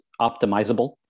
optimizable